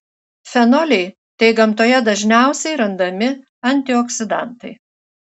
fenoliai tai gamtoje dažniausiai randami antioksidantai